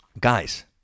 Guys